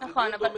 זה דיון דומה.